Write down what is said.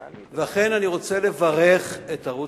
ואכן, אני רוצה לברך את ערוץ-10.